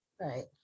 right